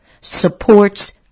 supports